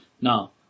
Now